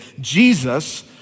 Jesus